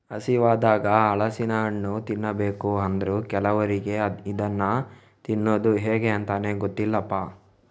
ಹಸಿವಾದಾಗ ಹಲಸಿನ ಹಣ್ಣು ತಿನ್ಬೇಕು ಅಂದ್ರೂ ಕೆಲವರಿಗೆ ಇದನ್ನ ತಿನ್ನುದು ಹೇಗೆ ಅಂತಾನೇ ಗೊತ್ತಿಲ್ಲಪ್ಪ